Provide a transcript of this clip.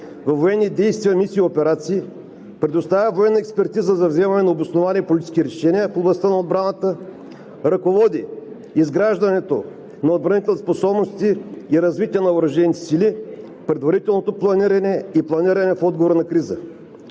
във военни действия, мисии и операции, предоставя военна експертиза за развиване на обосновани политически решения в областта на отбраната, ръководи изграждането на отбранителните способности и развитие на въоръжените сили, предварителното планиране и планиране в отговор на криза,